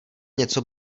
něco